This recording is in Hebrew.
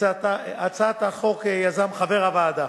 את הצעת החוק יזם חבר הוועדה